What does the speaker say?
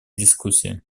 дискуссия